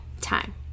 time